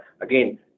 Again